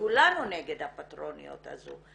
כולנו נגד הפטרונות הזו.